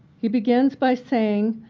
he begins by saying,